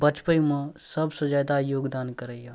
बचबैमे सबसँ जादा योगदान करैए